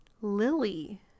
Lily